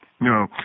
No